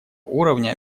уровня